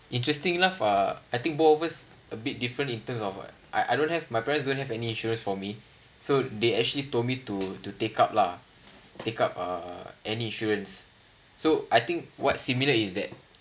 interesting enough ah I think both of us a bit different in terms of what I I don't have my parents don't have any insurance for me so they actually told me to to take up lah take up uh any insurance so I think what's similar is that